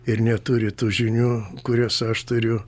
ir neturi tų žinių kurias aš turiu